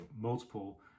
multiple